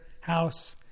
house